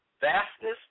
Vastness